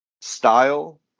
style